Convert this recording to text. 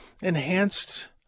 enhanced